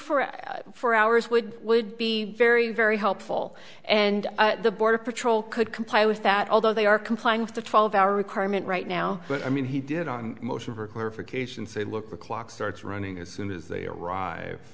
twenty four hours would would be very very helpful and the border patrol could compile with that although they are complying with the twelve hour requirement right now but i mean he did on motion for clarification say look the clock starts running as soon as they arrive